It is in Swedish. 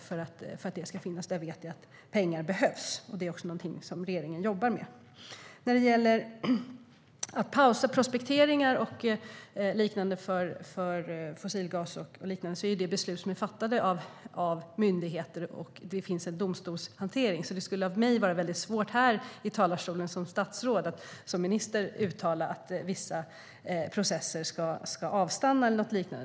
Jag vet att de pengarna behövs, och det är också något som regeringen jobbar med. Att pausa prospekteringar för fossilgas och liknande gäller beslut som är fattade av myndigheter. Där finns det en domstolshantering. Som minister kan jag inte här i talarstolen uttala att vissa processer ska avstanna.